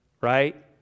Right